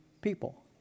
people